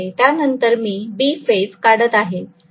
त्यानंतर मी B phase काढत आहे आणि मग C फेज